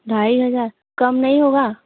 ढाई हज़ार कम नहीं होगा